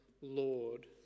Lord